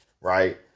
right